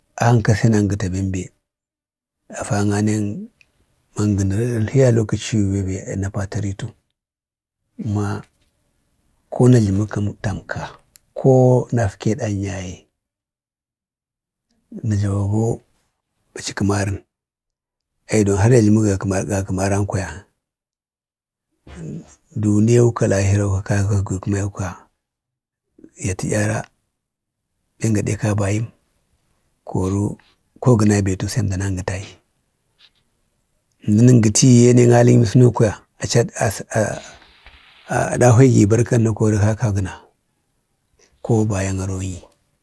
A hanka sai nangəta bambe afaŋa ne mangənəri dalhəya lokacəm bambe na patəretu ma ko najləməkəm tam ka ko nakfe ɗan yaye, nəjlawago bacə kəmarən aiduwon har ya jlawi ga- gakəmaran kwaya duniyau ka lahirau ka Kaka gəmewa kwaya ya təyara bəm gaɗe ka a bayəm. Koro ko gə nabetu sai əndan angətai. mdəngətəye ɗe alənyə sənu kwaya, aci aɗahwe gi barkan, na koro Kaka agəna ko bayan aronyi.